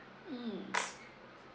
mm